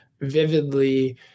vividly